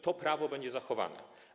To prawo będzie zachowane.